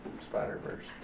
Spider-Verse